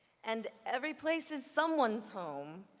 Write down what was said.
and every place is someone's home,